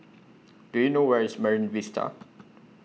Do YOU know Where IS Marine Vista